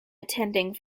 attending